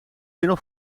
middel